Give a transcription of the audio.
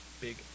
big